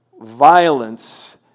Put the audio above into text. violence